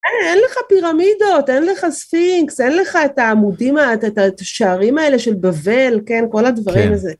אין לך פירמידות, אין לך ספינקס, אין לך את העמודים, את השערים האלה של בבל, כן, כל הדברים הזה. כן